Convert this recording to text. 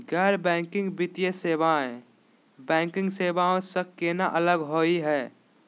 गैर बैंकिंग वित्तीय सेवाएं, बैंकिंग सेवा स केना अलग होई हे?